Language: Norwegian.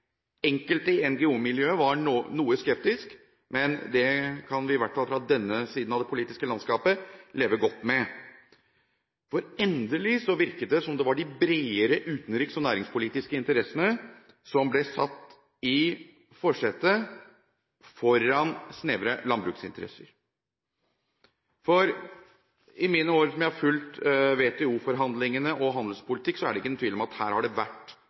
Enkelte i NGO-miljøet var noe skeptiske, men det kan vi – i hvert fall fra denne siden av det politiske landskapet – leve godt med. Endelig virket det som om det var de bredere utenriks- og næringspolitiske interessene som ble satt i forsetet, foran snevre landbruksinteresser. I de årene jeg har fulgt WTO-forhandlingene og handelspolitikk, er det ingen tvil om at her har det vært